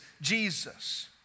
Jesus